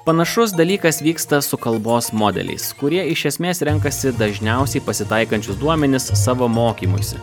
panašus dalykas vyksta su kalbos modeliais kurie iš esmės renkasi dažniausiai pasitaikančius duomenis savo mokymuisi